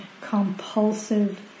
compulsive